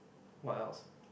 what else